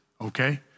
okay